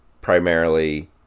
primarily